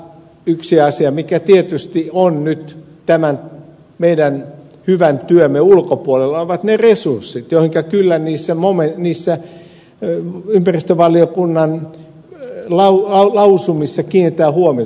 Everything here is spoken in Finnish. yksi asia mikä tietysti on nyt tämän meidän hyvän työmme ulkopuolella ovat ne resurssit joihinka kyllä niissä ympäristövaliokunnan lausumissa kiinnitetään huomiota